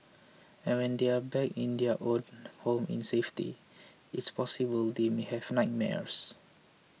and when they are back in their own home in safety it's possible they may have nightmares